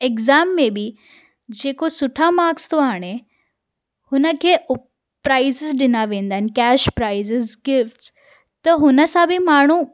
exam में बि जेको सुठा माक्स थो आणे हुनखे उहे प्राइज़िस ॾिना वेंदा आहिनि कैश प्राइज़िस गिफ़्ट त हुन सां बि माण्हू